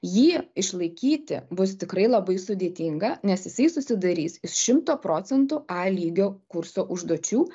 jį išlaikyti bus tikrai labai sudėtinga nes jisai susidarys iš šimto procentų a lygio kurso užduočių